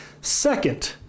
Second